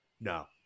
No